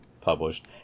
published